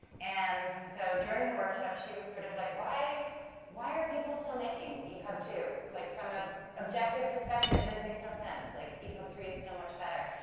and so, during the workshop, she was sort of like, why why are people still making epub two? like, from a objective perspective, this makes no sense. like epub three is so much better.